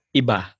iba